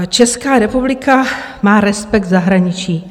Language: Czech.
Česká republika má respekt v zahraničí.